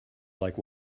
like